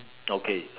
okay